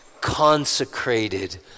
consecrated